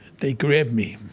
they grabbed me.